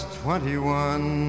twenty-one